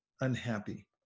unhappy